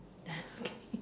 okay